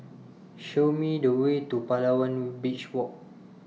Show Me The Way to Palawan Beach Walk